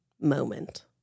moment